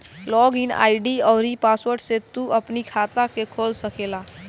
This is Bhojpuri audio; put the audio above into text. लॉग इन आई.डी अउरी पासवर्ड से तू अपनी खाता के खोल सकेला